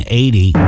eighty